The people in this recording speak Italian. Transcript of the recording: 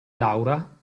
laura